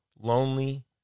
lonely